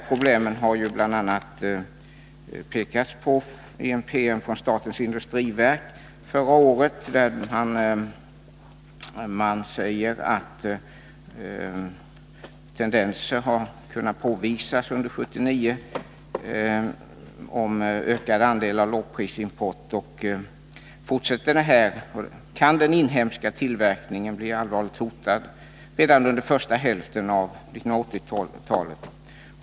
Problemet har uppmärksammats också i en promemoria från statens industriverk förra året, där man pekade på att det under 1979 påvisats en tendens mot ökad lågprisimport. Om denna tendens fortsätter, kan den inhemska tillverkningen bli allvarligt hotad redan under första hälften av 1980-talet.